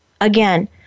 again